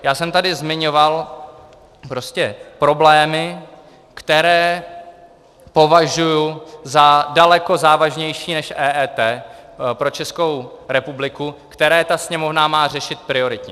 Já jsem tady zmiňoval problémy, které považuji za daleko závažnější než EET pro Českou republiku, které Sněmovna má řešit prioritně.